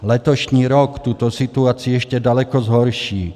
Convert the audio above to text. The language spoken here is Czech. Letošní rok tuto situaci ještě daleko zhorší.